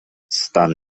stan